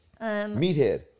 Meathead